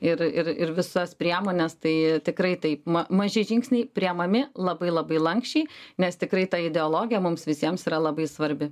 ir ir ir visas priemones tai tikrai taip ma maži žingsniai priėmami labai labai lanksčiai nes tikrai ta ideologija mums visiems yra labai svarbi